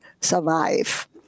survive